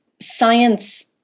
science